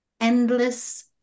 endless